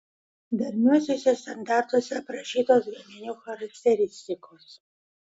darniuosiuose standartuose aprašytos gaminių charakteristikos